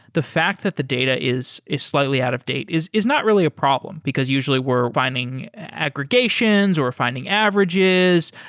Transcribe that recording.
the fact that the data is is slightly out of date is not not really a problem, because usually we're finding aggregations or we're finding averages,